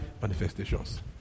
manifestations